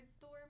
Thor